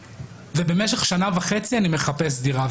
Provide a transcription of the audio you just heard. ובמשך שנה וחצי אני מחפש דירה,